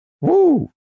Woo